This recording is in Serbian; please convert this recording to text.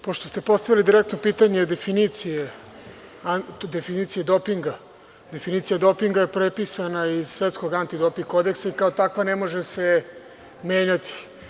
Pošto ste postavili direktno pitanje definicije dopinga, definicija dopinga je prepisana iz Svetskog antidoping kodeksa i kao takva ne može se menjati.